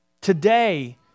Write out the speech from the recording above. today